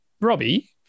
Robbie